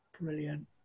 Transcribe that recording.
brilliant